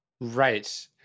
Right